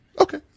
Okay